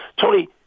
Tony